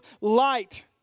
light